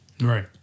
Right